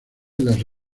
las